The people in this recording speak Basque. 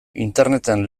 interneten